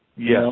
Yes